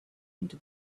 into